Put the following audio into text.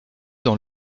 dans